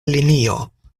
linio